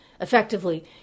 Effectively